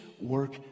work